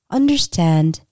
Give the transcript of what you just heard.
understand